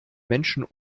menschen